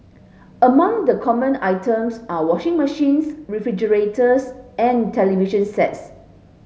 among the common items are washing machines refrigerators and television sets